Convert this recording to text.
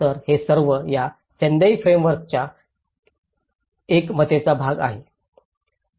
तर हे सर्व या सेंदई फ्रेमवर्कच्या एकमततेचा भाग आहेत